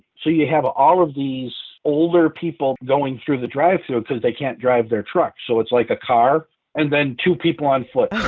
so you have all of these older people going through the drive-through because they can't drive their trucks. so it's like a car and then two people on foot.